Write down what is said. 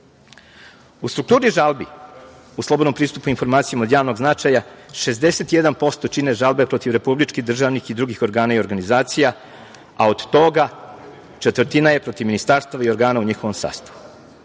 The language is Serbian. strukturi žalbi u slobodnom pristupu informacijama od javnog značaja 61% čine žalbe protiv republičkih, državnih i drugih organa i organizacija, a od toga četvrtina je protiv ministarstava i organa u njihovom sastavu.